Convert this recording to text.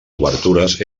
obertures